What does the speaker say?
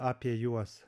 apie juos